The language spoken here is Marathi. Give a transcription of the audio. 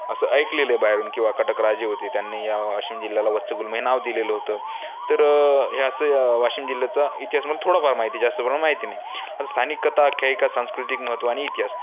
असं ऐकलेलंय बाहेरून की वाकाटक राजे होते त्यांनी ह्या वाशिम जिल्ह्याला वत्सगुल्म हे नाव दिलेलं होतं तर हे असं वाशिम जिल्ह्याचा इतिहास मला थोडाफार माहिती आहे जास्त करून माहिती नाही आता स्थानिक कथा आख्यायिका सांस्कृतिक महत्व आणि इतिहास